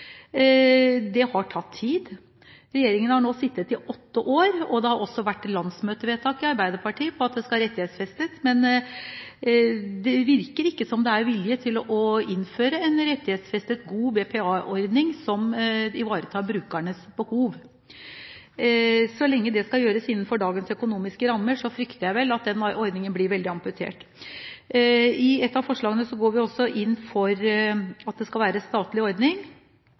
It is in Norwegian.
Det har tatt tid. Regjeringen har nå sittet i åtte år, og det har også vært landsmøtevedtak i Arbeiderpartiet på at det skal rettighetsfestes, men det virker ikke som om det er vilje til å innføre en rettighetsfestet, god BPA-ordning som ivaretar brukernes behov. Så lenge det skal gjøres innenfor dagens økonomiske rammer, frykter jeg vel at den ordningen blir veldig amputert. I et av forslagene går vi inn for at det skal være en statlig ordning.